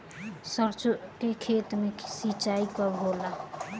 सरसों के खेत मे सिंचाई कब होला?